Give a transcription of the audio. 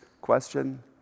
question